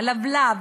הלבלב,